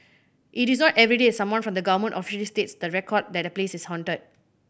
it is not everyday that someone from the government officially states the record that a place is haunted